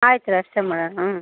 ಆಯ್ತು ರಿ ಅಷ್ಟೇ ಮಾಡಣ ಹ್ಞೂ